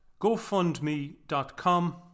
gofundme.com